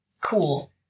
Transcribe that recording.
Cool